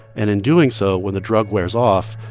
and in doing so, when the drug wears off,